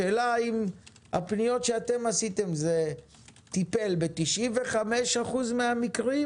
השאלה אם הפניות שעשיתם טיפלו ב-95% מן המקרים